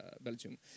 Belgium